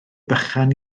bychan